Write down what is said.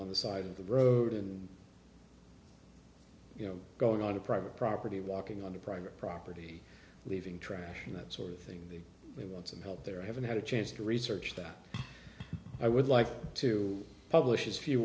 on the side of the road and you know going on to private property walking under private property leaving trash and that sort of thing that we want some help there i haven't had a chance to research that i would like to publish is a few